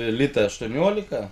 litą aštuoniolika